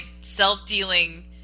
self-dealing